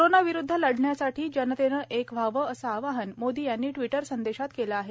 कोरोनाविरुद्ध लढण्यासाठी जनतेनं एक व्हावं असं आवाहन मोदी यांनी ट्विटर संदेशात केलं आहे